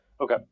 okay